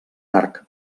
arc